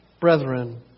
brethren